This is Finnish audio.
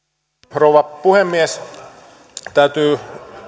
rouva puhemies täytyy